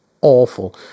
awful